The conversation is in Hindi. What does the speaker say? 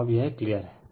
तो अब यह क्लियर हैं